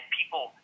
people